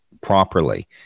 properly